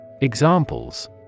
Examples